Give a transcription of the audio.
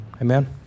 Amen